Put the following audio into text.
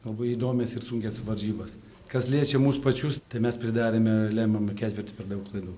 labai įdomias ir sunkias varžybas kas liečia mus pačius tai mes pridarėme lemiamam ketvirty per daug klaidų